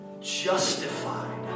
justified